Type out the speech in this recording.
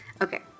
Okay